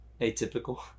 Atypical